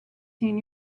ten